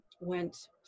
went